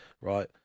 right